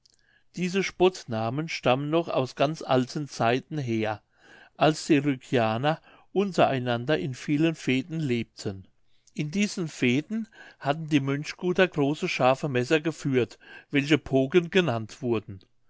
diese spottnamen stammen noch aus ganz alten zeiten her als die rügianer unter einander in vielen fehden lebten in diesen fehden hatten die mönchguter große scharfe messer geführt welche pooken genannt wurden